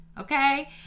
Okay